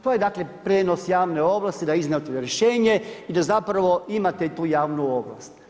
To je dakle prijenos javne ovlasti, da je izdato rješenje i da zapravo imate tu javnu ovlast.